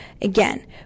Again